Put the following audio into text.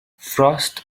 frost